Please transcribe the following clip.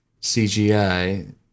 CGI